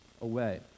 away